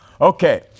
Okay